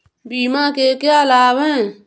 बीमा के क्या लाभ हैं?